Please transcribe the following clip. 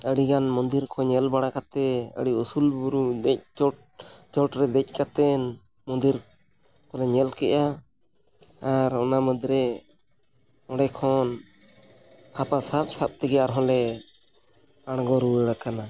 ᱟᱹᱰᱤ ᱜᱟᱱ ᱢᱚᱱᱫᱤᱨ ᱠᱚ ᱧᱮᱞ ᱵᱟᱟ ᱠᱟᱛᱮᱫ ᱟᱹᱰᱤ ᱩᱥᱩᱞ ᱵᱩᱨᱩᱜ ᱫᱮᱡ ᱪᱚᱴ ᱪᱚᱴ ᱨᱮ ᱫᱮᱡ ᱠᱟᱛᱮᱫ ᱢᱚᱱᱫᱤᱨ ᱠᱚᱞᱮ ᱧᱮᱞ ᱠᱮᱫᱼᱟ ᱟᱨ ᱢᱩᱫᱽᱨᱮ ᱚᱸᱰᱮ ᱠᱷᱚᱱ ᱦᱟᱯᱟ ᱥᱟᱯ ᱥᱟᱯ ᱛᱮᱜᱮ ᱟᱨ ᱦᱚᱸᱞᱮ ᱟᱬᱜᱚ ᱨᱩᱣᱟᱹᱲ ᱟᱠᱟᱱᱟ